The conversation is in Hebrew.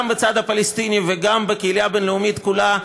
בצד הפלסטיני וגם בקהילה הבין-לאומית כולה,